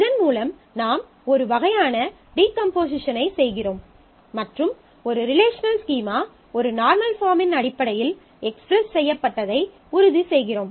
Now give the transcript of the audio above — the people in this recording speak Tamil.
இதன் மூலம் நாம் ஒரு வகையான டீகம்போசிஷனைச் செய்கிறோம் மற்றும் ஒரு ரிலேஷனல் ஸ்கீமா ஒரு நார்மல் பாஃர்ம்மின் அடிப்படையில் எக்ஸ்பிரஸ் செய்யப்பட்டதை உறுதிசெய்கிறோம்